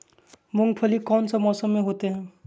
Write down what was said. मूंगफली कौन सा मौसम में होते हैं?